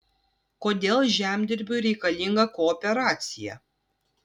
kodėl žemdirbiui reikalinga kooperacija